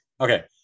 Okay